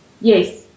Yes